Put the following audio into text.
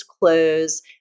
clothes